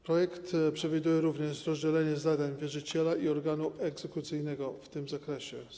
Projekt przewiduje również rozdzielenie zadań wierzyciela i organu egzekucyjnego w tym zakresie.